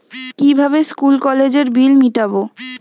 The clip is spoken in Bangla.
কিভাবে স্কুল কলেজের বিল মিটাব?